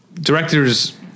directors